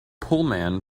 pullman